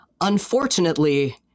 Unfortunately